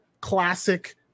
classic